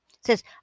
says